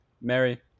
Mary